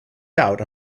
doubt